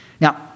Now